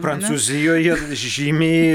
prancūzijoje žymiai